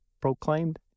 proclaimed